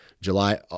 July